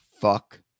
Fuck